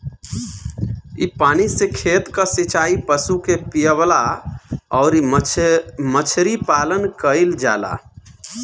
इ पानी से खेत कअ सिचाई, पशु के पियवला अउरी मछरी पालन कईल जाला